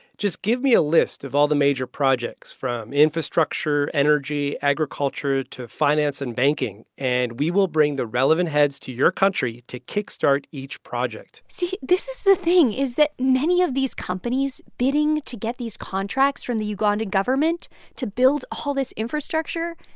just give me a list of all the major projects from infrastructure, energy, agriculture to finance and banking. and we will bring the relevant heads to your country to kick-start each project see. this is the thing is that of these companies bidding to get these contracts from the ugandan government to build all this infrastructure,